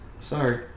Sorry